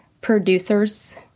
producer's